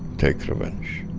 take revenge.